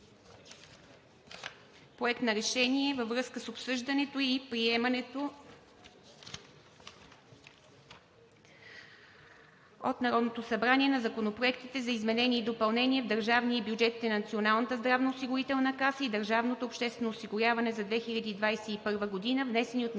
Проект на решение във връзка с обсъждането и приемането от Народното събрание на законопроектите за изменения и допълнения в държавния и бюджетите на Националната здравноосигурителна каса и държавното обществено осигуряване за 2021 г., внесени от Министерския